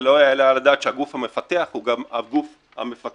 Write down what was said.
ולא יעלה על הדעת שהגוף המפתח הוא גם הגוף המפקח.